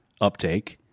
uptake